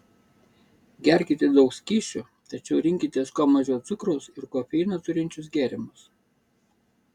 gerkite daug skysčių tačiau rinkitės kuo mažiau cukraus ir kofeino turinčius gėrimus